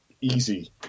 easy